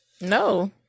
No